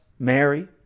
Mary